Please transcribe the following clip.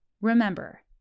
Remember